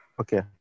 okay